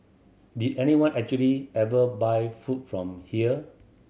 did anyone actually ever buy food from here